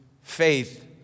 faith